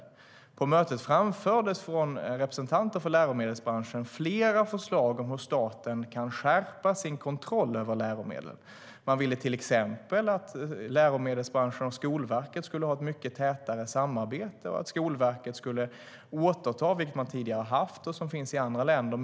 På mötet framfördes från representanter för läromedelsbranschen flera förslag om hur staten kan skärpa sin kontroll över läromedlen. Man ville till exempel att läromedelsbranschen och Skolverket skulle ha ett mycket tätare samarbete och att Skolverket skulle återta mer av kontroll, som man tidigare har haft och som finns i andra länder.